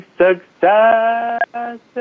success